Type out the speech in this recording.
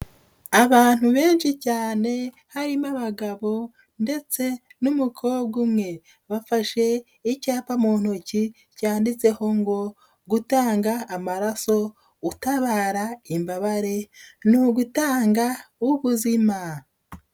Abantu benshi cyane harimo abagabo ndetse n'umukobwa umwe, bafashe icyapa mu ntoki byanditseho ngo gutanga amaraso utabara imbabare, ni ugutanga ubuzima.